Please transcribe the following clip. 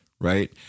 right